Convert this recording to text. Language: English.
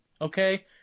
Okay